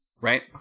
Right